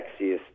sexiest